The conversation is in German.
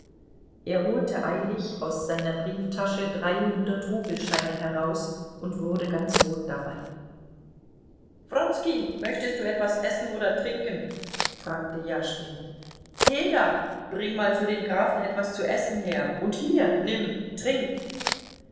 er holte eilig aus seiner brieftasche drei hundertrubelscheine heraus und wurde ganz rot dabei wronski möchtest du etwas essen oder trinken fragte jaschwin heda bring mal für den grafen etwas zu essen her und hier nimm trink